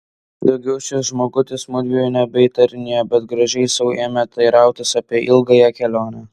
daugiau šis žmogutis mudviejų nebeįtarinėjo bet gražiai sau ėmė teirautis apie ilgąją kelionę